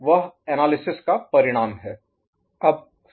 वह एनालिसिस का परिणाम है